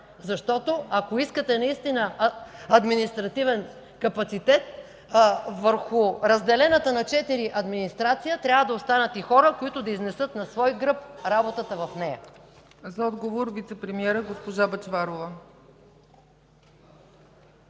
заплата. Ако искате наистина административен капацитет върху разделената на четири администрация, трябва да останат и хора, които да изнесат на свой гръб работата в нея.